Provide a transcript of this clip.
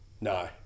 No